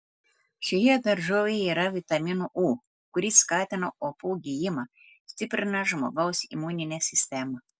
šioje daržovėje yra vitamino u kuris skatina opų gijimą stiprina žmogaus imuninę sistemą